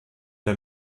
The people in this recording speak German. der